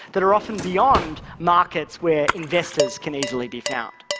that are often beyond markets where investors can easily be found.